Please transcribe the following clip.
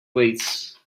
weights